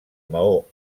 maó